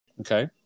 Okay